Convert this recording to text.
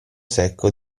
secco